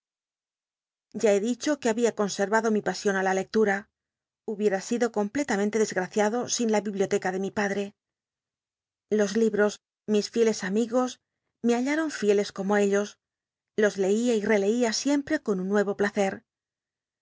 ya he dicho iuc había conscrrado mi pasion á la lcctum hubiera sido completamente desgraciado in la biblioteca de mi padre as libros mis fieles am igos me hallai'on fieles como d ios los t ia reteia sicn twc con un